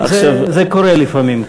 זה קורה לפעמים,